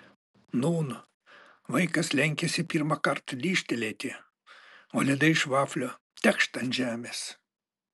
nūn vaikas lenkiasi pirmąkart lyžtelėti o ledai iš vaflio tekšt ant žemės